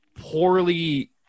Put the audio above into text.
poorly